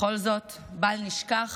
בכל זאת, בל נשכח